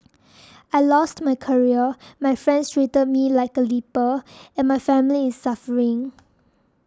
I lost my career my friends treat me like a leper and my family is suffering